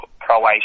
croatia